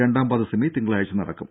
രണ്ടാം പാദ സെമി തിങ്കളാഴ്ച നടക്കും